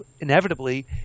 inevitably